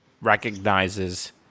recognizes